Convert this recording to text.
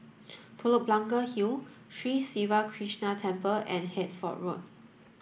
Telok Blangah Hill Sri Siva Krishna Temple and Hertford Road